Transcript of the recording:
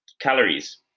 Calories